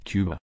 Cuba